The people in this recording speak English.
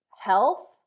health